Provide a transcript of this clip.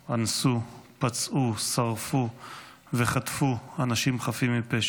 אנסו, פצעו, שרפו וחטפו אנשים חפים מפשע.